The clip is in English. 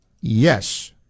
Yes